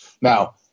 Now